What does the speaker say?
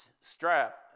strap